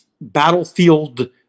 Battlefield